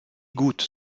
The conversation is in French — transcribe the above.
gouttes